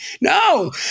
No